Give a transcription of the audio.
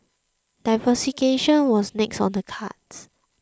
diversification was next on the cards